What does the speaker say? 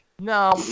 No